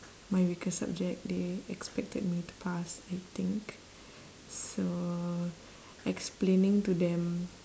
my weaker subject they expected me to pass I think so explaining to them